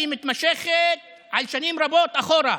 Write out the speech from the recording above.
כי היא מתמשכת על שנים רבות אחורה.